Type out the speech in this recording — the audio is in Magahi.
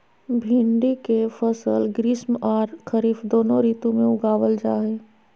भिंडी के फसल ग्रीष्म आर खरीफ दोनों ऋतु में उगावल जा हई